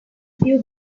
few